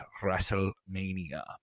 Wrestlemania